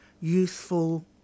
youthful